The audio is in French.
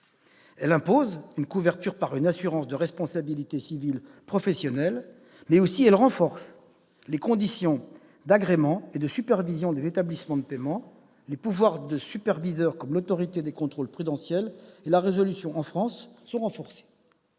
elle impose une couverture par une assurance de responsabilité civile professionnelle, mais elle durcit aussi les conditions d'agrément et de supervision des établissements de paiement. Les pouvoirs des superviseurs, comme l'Autorité de contrôle prudentiel et de résolution, en France, sont élargis.